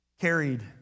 carried